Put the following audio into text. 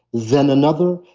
then another,